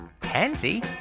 Pansy